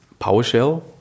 PowerShell